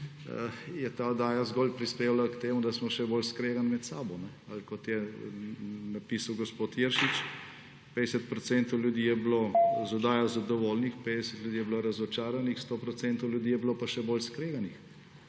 je ta oddaja zgolj prispevala k temu, da smo še bolj skregani med sabo ali, kot je napisal gospod Iršič, 50 % ljudi je bilo z oddajo zadovoljnih, 50 % ljudi je bilo razočaranih, 100 % ljudi je bilo pa še bolj skreganih.